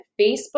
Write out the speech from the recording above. Facebook